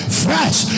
fresh